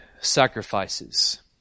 sacrifices